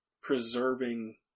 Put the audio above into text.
preserving